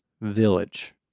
village